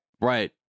right